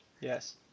Yes